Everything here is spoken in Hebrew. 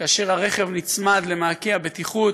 כאשר הרכב נצמד למעקה הבטיחות,